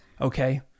Okay